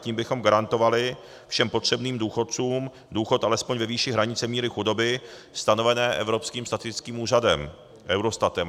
Tím bychom garantovali všem potřebným důchodcům důchod alespoň ve výši hranice míry chudoby stanovené Evropským statistickým úřadem, Eurostatem.